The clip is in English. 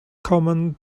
common